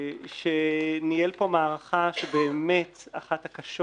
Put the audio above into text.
שניהל פה מערכה שהיא באמת אחת הקשות.